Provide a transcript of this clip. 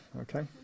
okay